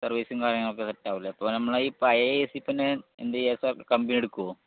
സർവീസും കാര്യങ്ങളും ഒക്കെ സെറ്റ് ആകുമല്ലോ അപ്പോൾ നമ്മളുടെ ഇപ്പം പഴയ എ സി പിന്നെ എന്താ ചെയ്യുക കമ്പനി എടുക്കുമോ